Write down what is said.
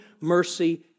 mercy